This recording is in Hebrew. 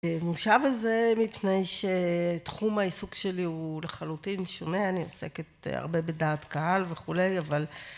מושב הזה, מפני שתחום העיסוק שלי הוא לחלוטין שונה, אני עוסקת הרבה בדעת קהל וכולי, אבל...